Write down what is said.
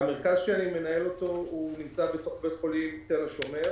המרכז שאני מנהל נמצא בתוך בית חולים תל השומר.